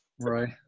Right